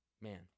man